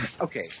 okay